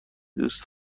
دوست